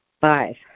five